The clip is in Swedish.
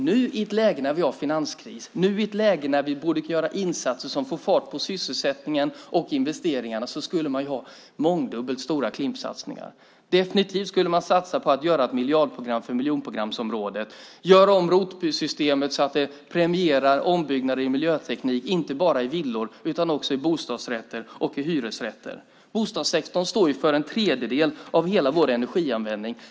Nu i ett läge när vi har finanskris och i ett läge när vi borde göra insatser som får fart på sysselsättningen och investeringarna skulle man ha mångdubbelt stora Klimpsatsningar. Man skulle definitivt satsa på att göra ett miljardprogram för miljonprogramsområdet och göra om ROT-systemet, så att det premierar ombyggnader när det gäller miljöteknik inte bara i villor utan också i bostadsrätter och i hyresrätter. Bostadssektorn står ju för en tredjedel av hela vår energianvändning.